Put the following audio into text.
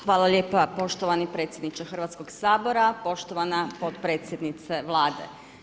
Hvala lijepa poštovani predsjedniče Hrvatskog sabora, poštovana potpredsjednice Vlade.